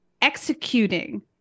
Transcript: executing